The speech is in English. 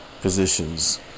positions